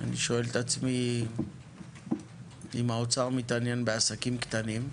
אני שואל את עצמי אם האוצר מתעניין בעסקים קטנים,